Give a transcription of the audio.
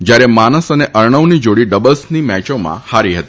જ્યારે માનસ અને અર્ણવની જાડી ડબલ્સની મેચમાં હારી હતી